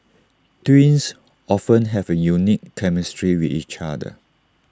twins often have A unique chemistry with each other